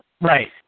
Right